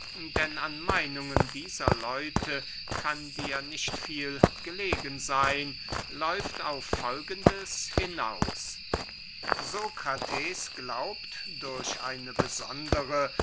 denn an den meinungen dieser leute kann dir nicht viel gelegen seyn läuft auf folgendes hinaus sokrates glaubt durch eine besondere